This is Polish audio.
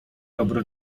dobro